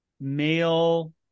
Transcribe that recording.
male